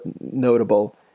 notable